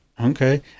Okay